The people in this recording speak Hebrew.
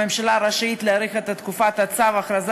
הממשלה רשאית להאריך את תקופת צו ההכרזה